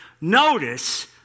Notice